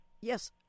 Yes